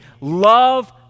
love